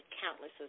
countless